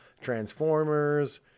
Transformers